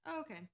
okay